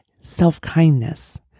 self-kindness